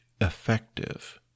effective